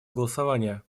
голосования